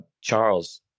Charles